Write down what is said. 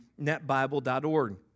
netbible.org